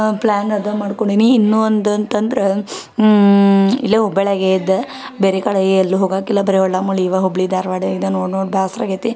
plan ಅದ ಮಾಡ್ಕೊಂಡೀನಿ ಇನ್ನೂ ಒಂದು ಅಂತಂದ್ರೆ ಇಲ್ಲಿಯೇ ಹುಬ್ಬಳ್ಳಿಯಾಗ ಇದು ಬೇರೆ ಕಡೆ ಎಲ್ಲೂ ಹೋಗಾಕಿಲ್ಲ ಬರೀ ಒಳ್ಳಾ ಮುಳ್ಳಿ ಇವಾ ಹುಬ್ಬಳ್ಳಿ ಧಾರ್ವಾಡ ಇದು ನೋಡಿ ನೋಡಿ ಬೇಸ್ರ ಆಗೇತಿ